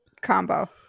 combo